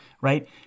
right